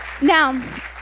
Now